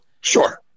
Sure